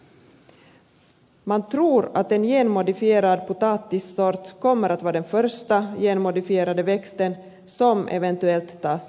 man tror att en genmodifierad potatissort kommer att vara den första genmodifierade växten som eventuellt tas i bruk i finland